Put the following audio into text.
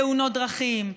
תאונות דרכים,